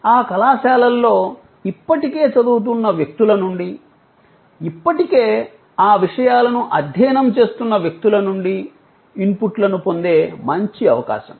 ఆ కళాశాలల్లో ఇప్పటికే చదువుతున్న వ్యక్తుల నుండి ఇప్పటికే ఆ విషయాలను అధ్యయనం చేస్తున్న వ్యక్తుల నుండి ఇన్పుట్లను పొందే మంచి అవకాశం